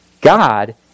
God